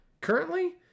currently